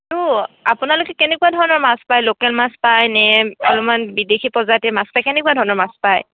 আৰু আপোনালোকে কেনেকুৱা ধৰণৰ মাছ পায় লোকেল মাছ পায় নে অলপমান বিদেশী প্ৰজাতিৰ মাছ পায় কেনেকুৱা ধৰণৰ মাছ পায়